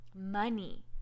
Money